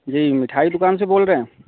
جی مٹھائی دکان سے بول رہے ہیں